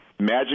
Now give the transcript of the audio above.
Magic